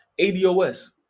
ADOS